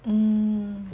hmm